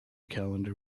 calendar